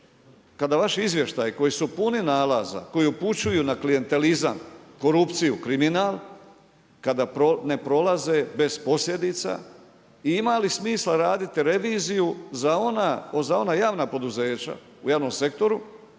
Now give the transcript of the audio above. kada vaši izvještaji koji su puni nalaza, koji upućuju na klijentelizam, korupciju, kriminal, kada ne prolaze bez posljedica i ima li smisla raditi reviziju za ona javna poduzeća u javnom sektoru